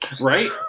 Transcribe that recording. right